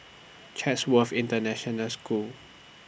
Chatsworth International School